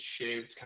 shaved